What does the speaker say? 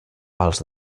pals